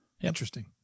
Interesting